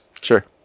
Sure